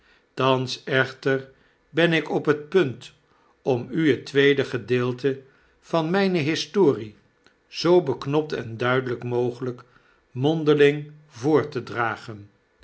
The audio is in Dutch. thans echter ben ik op het punt om u het tweede gedeelte van mgne historie zoo beknoptenduidelpmogelgk mondeling voor te dragen